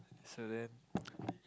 so then